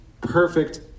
perfect